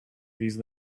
these